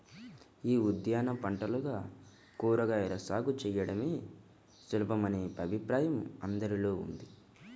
యీ ఉద్యాన పంటలుగా కూరగాయల సాగు చేయడం సులభమనే అభిప్రాయం అందరిలో ఉంది